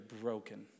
broken